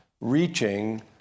reaching